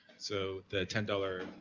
so the ten dollars,